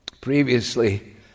previously